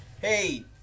hey